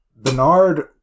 bernard